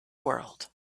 world